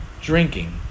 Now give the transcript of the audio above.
drinking